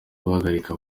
guhagarika